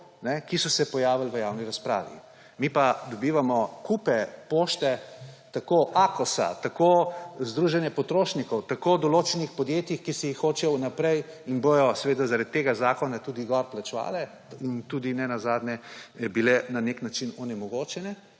ki so se pojavili v javni razpravi. Mi pa dobivamo kupe pošte – tako Akosa, Združenje potrošnikov, določenih podjetij, ki se jih hočejo vnaprej … in bodo seveda zaradi tega zakona tudi gor plačevala in tudi nenazadnje bila na nek način onemogočena